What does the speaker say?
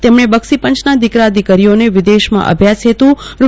તેમણે બક્ષીપંચના દીકરા દીકરીઓને વિદેશમાં અભ્યાસ હેતુ રૂ